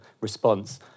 response